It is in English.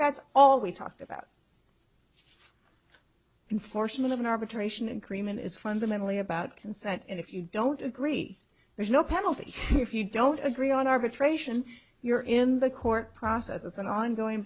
that's all we talked about unfortunately when arbitration and cream and is fundamentally about consent and if you don't agree there's no penalty if you don't agree on arbitration you're in the court process it's an ongoing